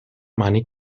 mani